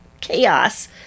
chaos